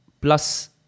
plus